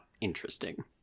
interesting